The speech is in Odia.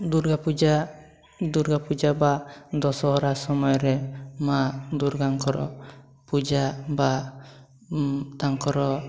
ଦୁର୍ଗାପୂଜା ଦୁର୍ଗାପୂଜା ବା ଦଶହରା ସମୟରେ ମା ଦୁର୍ଗାଙ୍କର ପୂଜା ବା ତାଙ୍କର